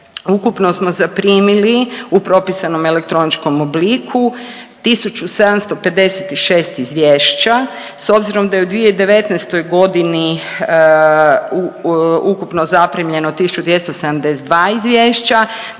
ukupno smo zaprimili u propisanom elektroničkom obliku 1756 izvješća s obzirom da je u 2019.g. ukupno zaprimljeno 1.272 izvješća,